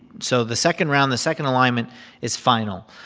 so the second round the second alignment is final.